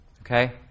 Okay